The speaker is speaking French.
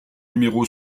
numéro